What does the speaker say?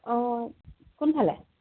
অঁ কোনফালে